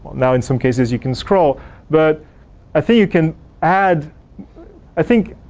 now, in some cases you can scroll but i think you can add i think,